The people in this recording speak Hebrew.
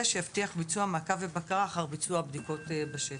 שיבטיח ביצוע מעקב ובקרה אחר ביצוע הבדיקות בשטח.